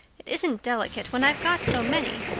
it isn't delicate when i've got so many.